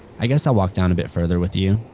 i guess i'll walk down a bit further with you.